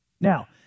Now